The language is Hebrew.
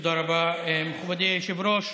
תודה רבה, מכובדי היושב-ראש.